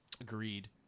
Agreed